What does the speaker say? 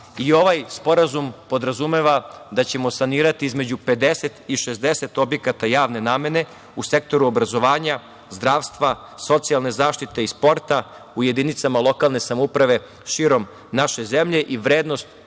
I ovaj sporazum podrazumeva da ćemo sanirati između 50 i 60 objekata javne namene u sektoru obrazovanja, zdravstva, socijalne zaštite i sporta u jedinicama lokalne samouprave širom naše zemlje. Vrednost